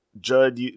Judd